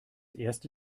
erste